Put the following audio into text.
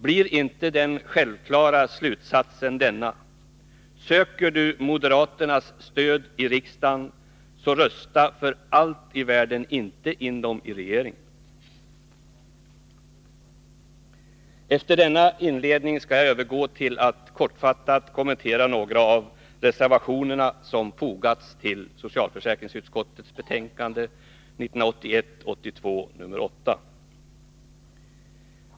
Blir inte den självklara slutsatsen denna: Söker du moderaternas stöd i riksdagen, så rösta för allt i världen inte in dem i regeringen! Efter denna inledning skall jag övergå till att kortfattat kommentera några av de reservationer som fogats till socialförsäkringsutskottets betänkande 1981/82:8.